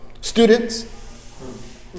Students